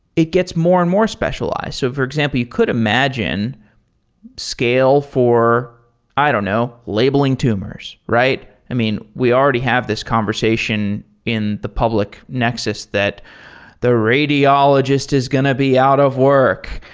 it gets more and more specialized. so for example, you could imagine scale for i don't know, labeling tumors, right? i mean, we already have this conversation in the public, nexus, that the radiologist is going to be out of work.